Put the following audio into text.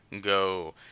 go